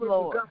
Lord